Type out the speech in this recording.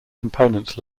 components